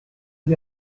the